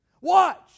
Watch